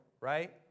right